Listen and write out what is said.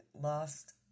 lost